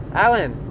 alan!